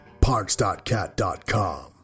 Parks.cat.com